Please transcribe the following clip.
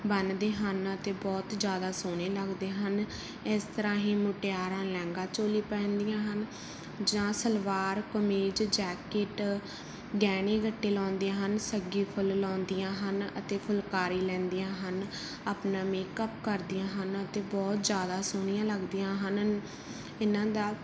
ਬੰਨਦੇ ਹਨ ਅਤੇ ਬਹੁਤ ਜ਼ਿਆਦਾ ਸੋਹਣੇ ਲੱਗਦੇ ਹਨ ਇਸ ਤਰ੍ਹਾਂ ਹੀ ਮੁਟਿਆਰਾਂ ਲਹਿੰਗਾ ਚੋਲੀ ਪਹਿਨਦੀਆਂ ਹਨ ਜਾਂ ਸਲਵਾਰ ਕਮੀਜ ਜੈਕੇਟ ਗਹਿਣੇ ਗੱਟੇ ਲਾਉਂਦੀਆਂ ਹਨ ਸੱਗੀ ਫੁੱਲ ਲਾਉਂਦੀਆਂ ਹਨ ਅਤੇ ਫੁਲਕਾਰੀ ਲੈਂਦੀਆਂ ਹਨ ਆਪਣਾ ਮੇਕਅਪ ਕਰਦੀਆਂ ਹਨ ਅਤੇ ਬਹੁਤ ਜ਼ਿਆਦਾ ਸੋਹਣੀਆਂ ਲੱਗਦੀਆਂ ਹਨ ਇਹਨਾਂ ਦਾ